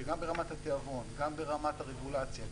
שגם ברמת התיאבון וגם ברמת הרגולציה,